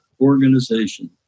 organization